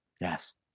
Yes